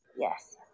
Yes